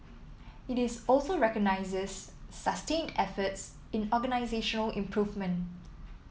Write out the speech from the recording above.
it is also recognises sustained efforts in organisational improvement